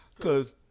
Cause